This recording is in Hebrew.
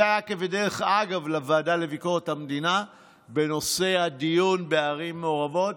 זה היה כבדרך אגב לוועדה לביקורת המדינה בנושא הדיון בערים מעורבות,